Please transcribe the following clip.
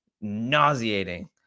nauseating